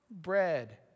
bread